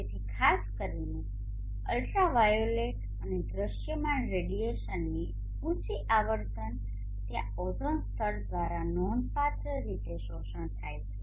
તેથી ખાસ કરીને અલ્ટ્રાવાયોલેટ અને દૃશ્યમાન રેડિયેશનની ઉંચી આવર્તન ત્યાં ઓઝોન સ્તર દ્વારા નોંધપાત્ર રીતે શોષણ થાય છે